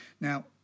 Now